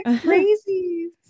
Crazy